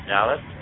Dallas